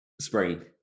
Spring